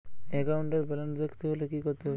একাউন্টের ব্যালান্স দেখতে হলে কি করতে হবে?